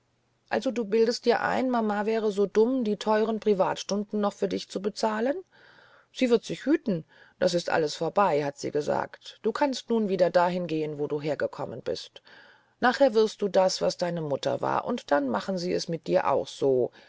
also du bildest dir ein mama wäre so dumm die teuren privatstunden noch für dich zu bezahlen sie wird sich hüten das ist alles vorbei hat sie gesagt du kannst nun wieder dahin gehen wo du hergekommen bist nachher wirst du das was deine mutter war und dann machen sie es mit dir auch so